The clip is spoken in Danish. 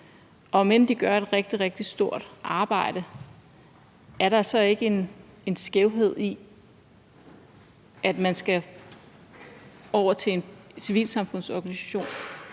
Om end de gør et rigtig, rigtig stort arbejde, er der så ikke en skævhed i, at man skal over til en civilsamfundsorganisation